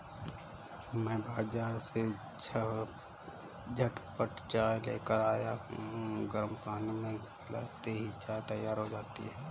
मैं बाजार से झटपट चाय लेकर आया हूं गर्म पानी में मिलाते ही चाय तैयार हो जाती है